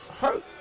hurt